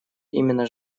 именно